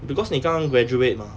because 你刚刚 graduate mah